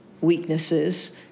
weaknesses